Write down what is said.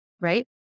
right